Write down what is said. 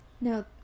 no